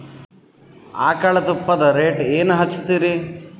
ಆಕಳ ತುಪ್ಪದ ರೇಟ್ ಏನ ಹಚ್ಚತೀರಿ?